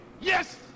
yes